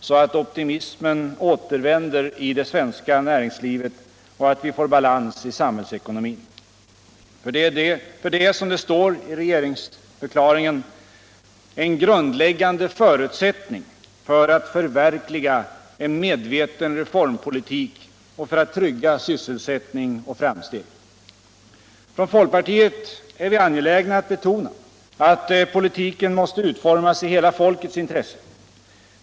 så att optimismen återvänder i det svenska näringslivet och att vi får balans i samhällsekonomin. För det är, som det står i regeringsförklaringen, ”en grundläggande förutsättning för att förverkliga en medveten reformpolitik och för att trygga sysselsättning och framsteg.” Från folkpartiet är vi angelägna att betona att politiken måste utformas i hela folkets intresse.